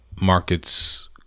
markets